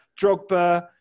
Drogba